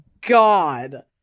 God